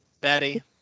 Betty